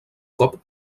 cop